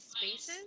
spaces